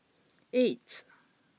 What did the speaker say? eight